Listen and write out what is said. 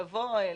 לבוא,